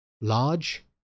large